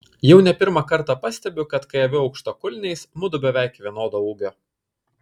jau ne pirmą kartą pastebiu kad kai aviu aukštakulniais mudu beveik vienodo ūgio